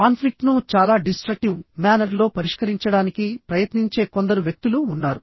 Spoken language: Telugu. కాన్ఫ్లిక్ట్ ను చాలా డిస్ట్రక్టివ్ మ్యానర్ లో పరిష్కరించడానికి ప్రయత్నించే కొందరు వ్యక్తులు ఉన్నారు